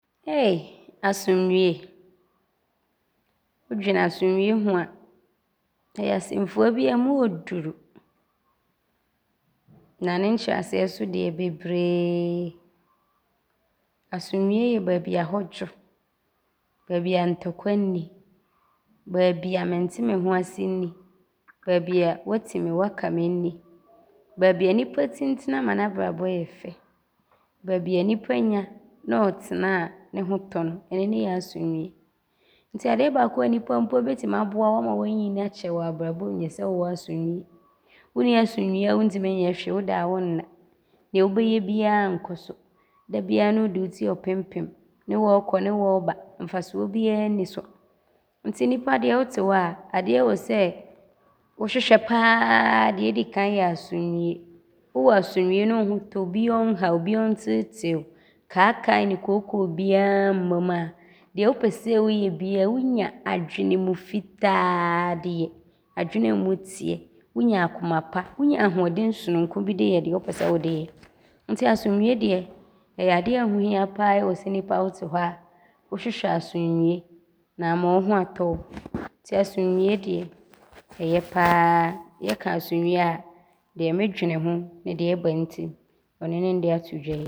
Eii asomdwie. Ndwene asomdwie ho a, ɔyɛ asɛmfua bi a mu ɔɔduru yie ne ne nkyerɛaseɛ so deɛ, bebree. Asomdwie yɛ baabi a hɔ dwo, baabi a ntɔkwa nni, baabi a mente nho ase nni, baabi a woatim woakam biaa nni, baabi a nnipa tim tena ma n’abrabɔ yɛ fɛ, baabi a nnipa nya ne ɔtena a, ne ho tɔ no. Ɔno ne yɛ asomdwie. Nti adeɛ baako a nnipa mpo bɛtim de aboa wo ama woanyini akyɛre wɔ abrabɔ mu yɛ sɛ wowɔ asomdwie. Wonni asomdwie a wontim nyɛ hwee, woda a wonna, deɛ wobɛyɛ biaa nkɔ so, dabiaa ne wode wo ti ɔɔpempem ne wɔɔkɔ ne wɔɔba. Mfasoɔ biaa nni so nti nnipa deɛ wote hɔ a, adeɛ a ɔwɔ sɛ wohwehwɛ pa ara deɛ ɔdi kan yɛ asomdwie. Wowɔ asomdwie ne wo ho tɔ wo ne biaa ɔɔnhaw, biaa ɔnteetee wo, kaakae ne kookoo biaa ammam a, deɛ wopɛ sɛ woyɛ biaa, wonya adwenem fitaa yɛ. Adwene a mu te, wonya akoma pa, wonya ahoɔden sononko bi de yɛ deɛ wopɛ sɛ wode yɛ nti asomdwie deɛ, ɔyɛ adeɛ a hoo hia a pa ara a ɔwɔ sɛ nnipa wote hɔ a, wohwehwɛ asomdwie na aama wo ho aatɔ wo nti adomdwie deɛ, ɔyɛ pa ara. Yɛka asomdwie a deɛ ndwene hoo ne deɛ ɔba ntim no, ɔno ne nde ato dwa yi.